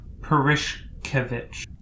Perishkevich